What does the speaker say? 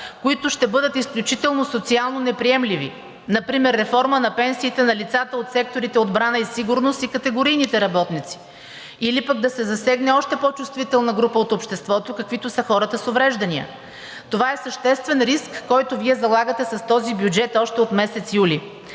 които ще бъдат изключително социално неприемливи. Например реформа на пенсиите на лицата от секторите „Отбрана“ и „Сигурност“ и категорийните работници. Или пък да се засегне още по-чувствителна група от обществото, каквито са хората с увреждания. Това е съществен риск, който Вие залагате с този бюджет още от месец юли.